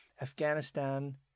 Afghanistan